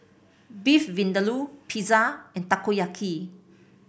Beef Vindaloo Pizza and Takoyaki